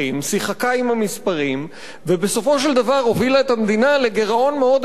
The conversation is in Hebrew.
שיחקה עם המספרים ובסופו של דבר הובילה את המדינה לגירעון מאוד עמוק.